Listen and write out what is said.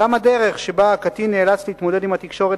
גם הדרך שבה הקטין נאלץ להתמודד עם התקשורת